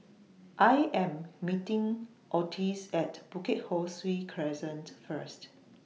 I Am meeting Otis At Bukit Ho Swee Crescent First